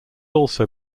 also